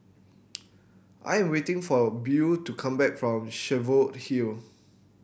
I am waiting for Beau to come back from Cheviot Hill